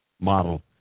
model